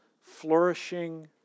flourishing